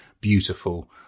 beautiful